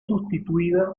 sustituida